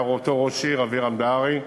היה אותו ראש עיר, אבירם דהרי.